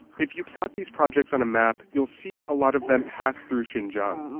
if you plot these projects on a map you'll see a lot of them pass through xinjiang,